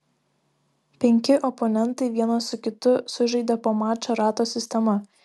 penki oponentai vienas su kitu sužaidė po mačą rato sistema